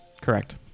Correct